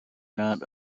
not